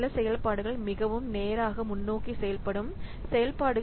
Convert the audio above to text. சில செயல்பாடுகள் மிகவும் நேராக முன்னோக்கி செயல்படும் செயல்பாடுகள்